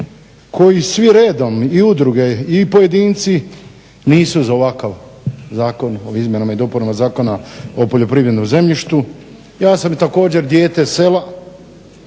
koji svi redom i udruge i pojedinci nisu za ovakav Zakon o izmjenama i dopunama Zakona o poljoprivrednom zemljištu. Ja sam također dijete sela.